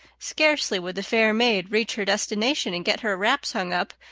scarcely would the fair maid reach her destination and get her wraps hung up,